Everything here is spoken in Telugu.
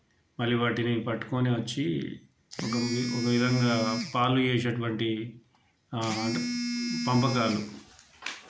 మళ్ళీ వాటిని పట్టుకొని వచ్చి ఒక ఒక విధంగా పాలు చేసేటువంటి అంటే పంపకాలు